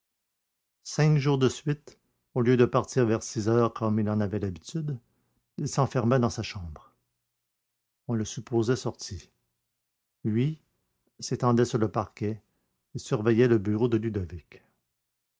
cinq jours de suite au lieu de partir vers six heures comme il en avait l'habitude il s'enferma dans sa chambre on le supposait sorti lui s'étendait sur le parquet et surveillait le bureau de ludovic